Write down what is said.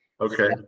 Okay